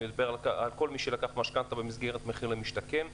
אני מדבר על כל מי שלקח משכנתא במסגרת מחיר למשתכן.